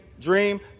dream